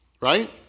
right